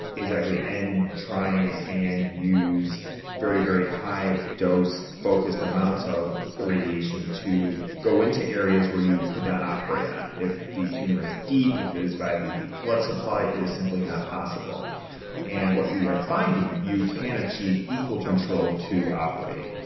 exactly. and try and and use very, very high dose, focused amounts of the radiation to go in to areas where you could not operate on. if the tumour is deep, if it is by the blood supply it's simply not possible and what we are finding you can achieve equal control to operating.